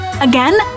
Again